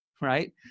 right